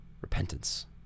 Repentance